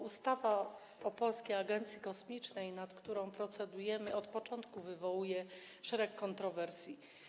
Ustawa o Polskiej Agencji Kosmicznej, nad którą procedujemy, od początku wywołuje szereg kontrowersji.